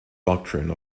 doctrine